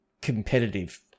competitive